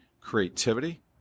creativity